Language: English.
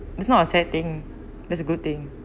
it's not a sad thing that's a good thing